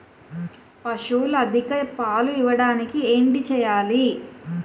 పశువులు అధిక పాలు ఇవ్వడానికి ఏంటి చేయాలి